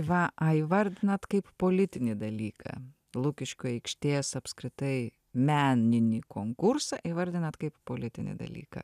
va a įvardinat kaip politinį dalyką lukiškių aikštės apskritai meninį konkursą įvardinat kaip politinį dalyką